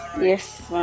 Yes